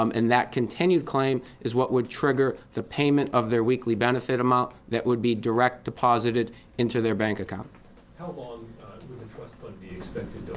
um and that continued claim is what would trigger the payment of their weekly benefit amount that would be direct deposited into their bank account. reporter how long would the trust fund be expected to